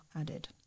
added